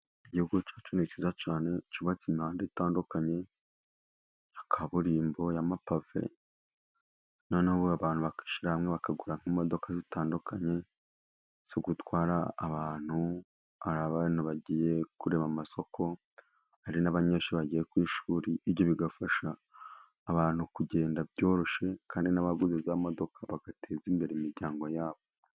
Igihugu cyacu ni cyiza cyane. Cyubatse imihanda itandukanye ya kaburimbo, y'amapave, noneho abantu bakishyira hamwe bakagura nk'imodoka zitandukanye zo gutwara abantu. Abantu bagiye kurema amasoko, hari n'abanyeshuri bagiye ku ishuri. Ibyo bigafasha abantu kugenda byoroshye, kandi n'abaguze za modoka bagateza imbere imiryango yabo.